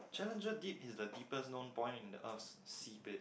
Challenger Deep is the deepest known point in the earth's seabed